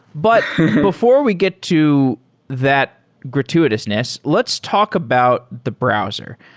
but before we get to that gratuitousness, let's talk about the browser.